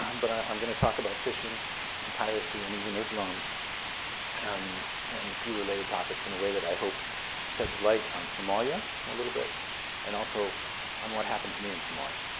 um but i'm i'm going to talk about fishing and piracy and even islam um and a few related topics in a way that i hope sheds light on somalia a little bit and also on what happened to me in somalia.